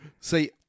See